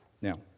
Now